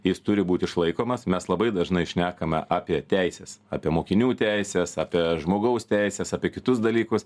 jis turi būt išlaikomas mes labai dažnai šnekame apie teises apie mokinių teises apie žmogaus teises apie kitus dalykus